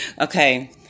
okay